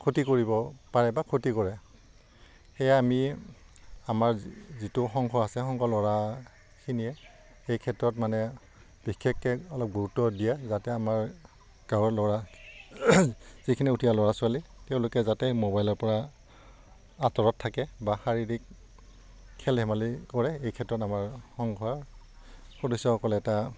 ক্ষতি কৰিব পাৰে বা ক্ষতি কৰে সেয়ে আমি আমাৰ যিটো সংঘ আছে সংঘ ল'ৰাখিনিয়ে সেই ক্ষেত্ৰত মানে বিশেষকৈ অলপ গুৰুত্ব দিয়ে যাতে আমাৰ গাঁৱৰ ল'ৰা যিখিনি উঠি অহা ল'ৰা ছোৱালী তেওঁলোকে যাতে মোবাইলৰ পৰা আঁতৰত থাকে বা শাৰীৰিক খেল ধেমালি কৰে এই ক্ষেত্ৰত আমাৰ সংঘৰ সদস্যসকলে এটা